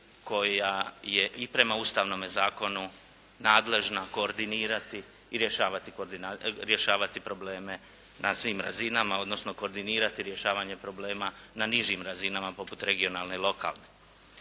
koja je i prema Ustavnome zakonu nadležna koordinirati i rješavati probleme na svim razinama odnosno koordinirati rješavanje problema na nižim razinama poput regionalne i lokalne.